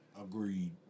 Agreed